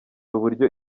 uburyo